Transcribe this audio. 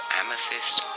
amethyst